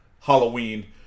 Halloween